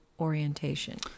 orientation